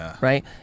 right